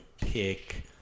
pick